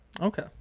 Okay